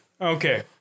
okay